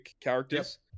characters